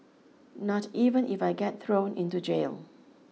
not even if I get thrown into jail